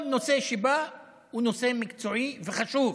כל נושא שבא הוא נושא מקצועי וחשוב.